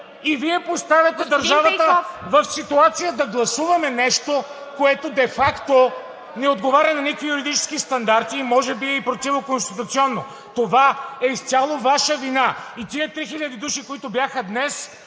Вие поставяте държавата в ситуация да гласуваме нещо, което де факто не отговаря на никакви юридически стандарти и може би и е противоконституционно. Това е изцяло Ваша вина и тези 3000 души, които бяха днес,